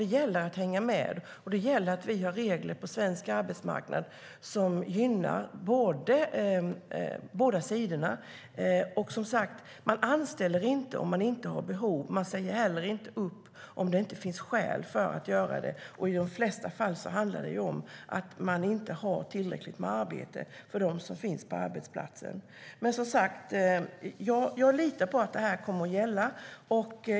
Det gäller att hänga med, och det gäller att reglerna på den svenska arbetsmarknaden gynnar båda sidorna. Man anställer inte om det inte finns behov, och man säger inte heller upp någon om det inte finns skäl för det. I de flesta fall handlar det om att det inte finns tillräckligt med arbetsuppgifter för dem som finns på arbetsplatsen. Jag litar på att undantaget kommer att fortsätta att gälla.